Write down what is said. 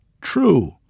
True